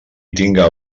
tinga